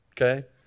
okay